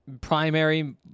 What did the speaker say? primary